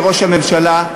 לראש הממשלה,